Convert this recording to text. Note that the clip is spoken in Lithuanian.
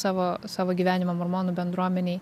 savo savo gyvenimą mormonų bendruomenėj